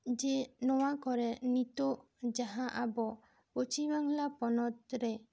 ᱡᱮ ᱱᱚᱣᱟ ᱠᱚᱨᱮ ᱱᱤᱛᱚᱜ ᱡᱟᱦᱟᱸ ᱟᱵᱚ ᱯᱚᱪᱷᱤᱢ ᱵᱟᱝᱞᱟ ᱯᱚᱱᱚᱛ ᱨᱮ